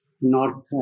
North